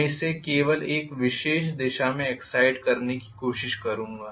मै इसे केवल एक विशेष दिशा में एक्साइट करने के लिए कोशिश करूँगा